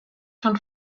schon